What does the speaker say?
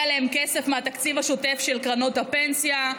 עליהן כסף מהתקציב השוטף של קרנות הפנסיה.